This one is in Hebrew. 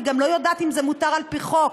אני גם לא יודעת אם זה מותר על-פי חוק.